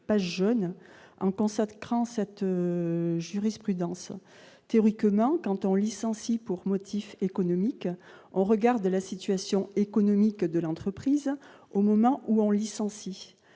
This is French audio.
pas jeune, en consacrant cette jurisprudence théoriquement quand on licencie pour motif économique au regard de la situation économique de l'entreprise au moment où on licencie